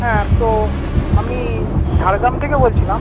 হ্যাঁ তো আমি ঝাড়গ্রাম থেকে বলছিলাম